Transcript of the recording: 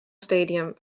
stadium